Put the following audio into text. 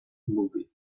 movie